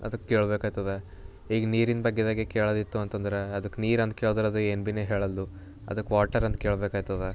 ಅದಕ್ಕೆ ಕೇಳ್ಬೇಕಾಯ್ತದ ಈಗ ನೀರಿಂದ ಬಗ್ಗೆದಾಗೆ ಕೇಳೋದಿತ್ತು ಅಂತಂದ್ರೆ ಅದಕ್ಕೆ ನೀರು ಅಂತ ಕೇಳಿದ್ರೆ ಅದು ಏನು ಭೀ ಹೇಳಲ್ದು ಅದಕ್ಕೆ ವಾಟರ್ ಅಂತ ಕೇಳ್ಬೇಕಾಯ್ತದ